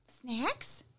snacks